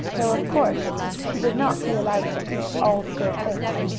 though of course he would not be allowed to eat all the good things.